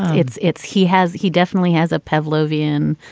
it's it's he has he definitely has a pedv lovin,